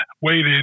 waited